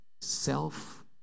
self